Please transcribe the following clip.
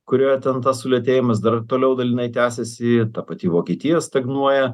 kurioje ten tas sulėtėjimas dar toliau dalinai tęsiasi ta pati vokietija stagnuoja